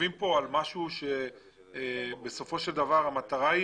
מתעכבים כאן על משהו כאשר בסופו של דבר המטרה היא